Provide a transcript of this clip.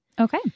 Okay